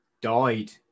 died